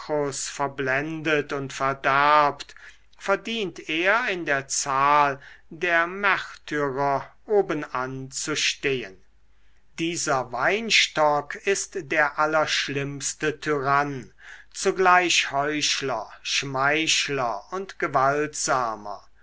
verblendet und verderbt verdient er in der zahl der märtyrer obenan zu stehen dieser weinstock ist der allerschlimmste tyrann zugleich heuchler schmeichler und gewaltsamer